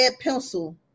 pencil